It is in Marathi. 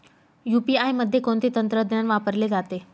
यू.पी.आय मध्ये कोणते तंत्रज्ञान वापरले जाते?